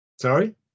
Sorry